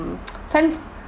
send